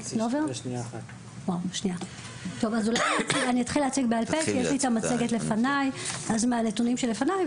וניגע אחר כך בנתונים היותר מעודכנים שיש לנו,